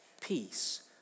peace